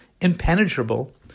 impenetrable